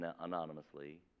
anonymously